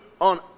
on